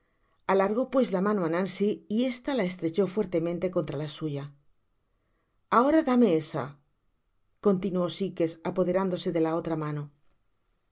alargó pues la mano á nancy y esta la estrechó fuertemente contra la suya ahora dame esa continuó sikes apoderándose de la otra mano